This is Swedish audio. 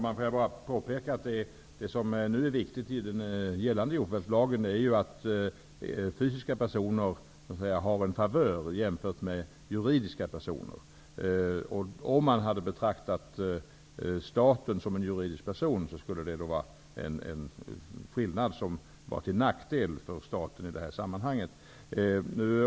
Herr talman! Det som nu är viktigt i den gällande jordförvärvslagen är att fysiska personer har en favör jämfört med juridiska personer. Om man hade betraktat staten som en juridisk person skulle det utgöra en skillnad som är till nackdel för staten i det här sammanhanget.